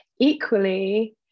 equally